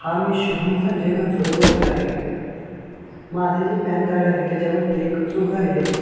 हां मी शुभम संजय बनसोडे बोलत आहे माझं जे पॅन कार्ड आहे त्याच्यावरती एक चूक झालेली आहे